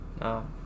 No